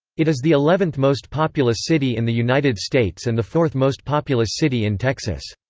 it is the eleventh most populous city in the united states and the fourth most populous city in texas.